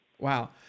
Wow